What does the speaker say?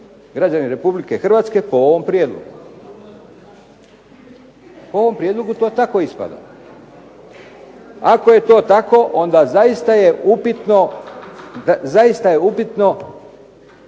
građani RH po ovom prijedlogu. Po ovom prijedlogu to tako ispada. Ako je to tako onda zaista je upitno jesu